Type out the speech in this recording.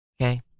Okay